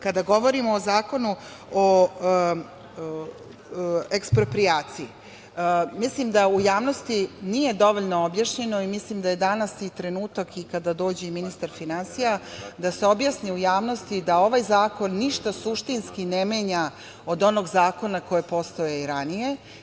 Kada govorimo o Zakonu o eksproprijaciji, mislim da u javnosti nije dovoljno objašnjeno i mislim da je danas i trenutak, i kada dođe i ministar finansija, da se objasni javnosti da ovaj zakon ništa suštinski ne menja od onog zakona koji je postojao i ranije.